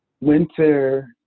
Winter